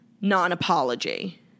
non-apology